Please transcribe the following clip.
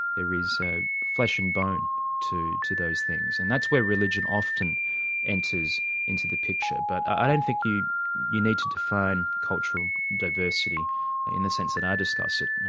there is ah flesh and bone to to those things. and that's where religion often enters into the picture. but i don't think you you need to define cultural diversity in the sense that i discussed it,